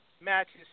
matches